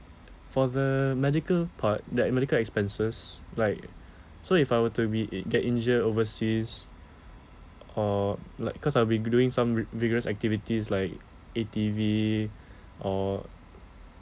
for the medical part that medical expenses like so if I were to be get injured overseas or like cause I'll be doing some ri~ rigorous activities like A_T_V or